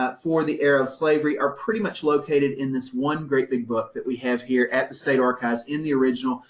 for the era of slavery are pretty much located in this one great big book that we have here at the state archives, in the original.